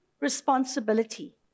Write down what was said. responsibility